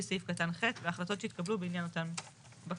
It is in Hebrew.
סעיף קטן ח' והחלטות שהתקבלו בעניין אותן בקשות".